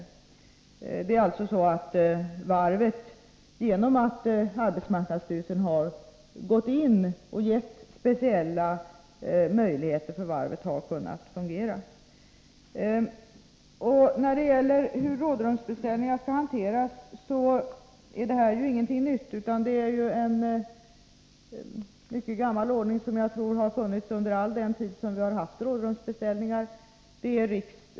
Varvet har alltså kunnat fungera därför att arbetsmarknadsstyrelsen har gått in och gett varvet speciella möjligheter. Beträffande hanteringen av rådrumsbeställningar vill jag säga att det här ju inte är någonting nytt. Det är en mycket gammal ordning som jag tror har funnits under all den tid som rådrumsbeställningar har förekommit.